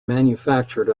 manufactured